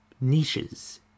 niches